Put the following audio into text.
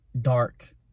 dark